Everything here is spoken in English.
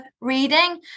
reading